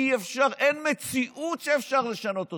אי-אפשר, אין מציאות שאפשר לשנות אותה.